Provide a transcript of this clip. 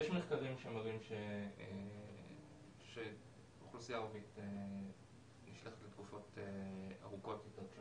מחקרים שמראים שאוכלוסייה ערבית נשלחת לתקופות ארוכות יותר.